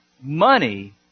Money